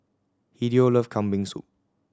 Hideo love Kambing Soup